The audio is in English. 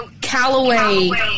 Callaway